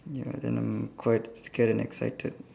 ya then I'm quite scared and excited